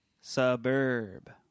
Suburb